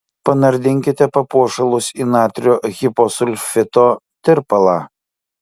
panardinkite papuošalus į natrio hiposulfito tirpalą